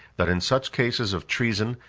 that in such cases of treason,